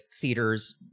theaters